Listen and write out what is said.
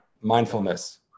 mindfulness